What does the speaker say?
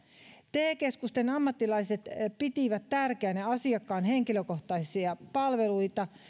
te keskusten ammattilaiset pitivät tärkeänä asiakkaan henkilökohtaisia palveluita